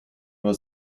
nur